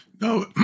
No